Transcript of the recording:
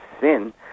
sin